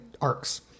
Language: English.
arcs